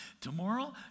Tomorrow